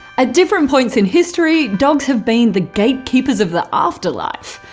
ah different points in history, dogs have been the gatekeepers of the afterlife,